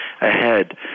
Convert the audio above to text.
ahead